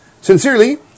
Sincerely